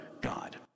god